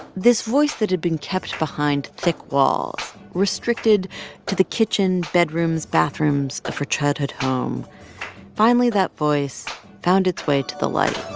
this voice that had been kept behind thick walls restricted to the kitchen, bedrooms, bathrooms of her childhood home finally, that voice found its way to the light